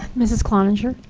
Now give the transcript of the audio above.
mrs. cloninger?